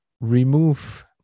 remove